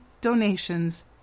donations